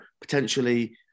potentially